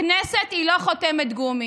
הכנסת היא לא חותמת גומי.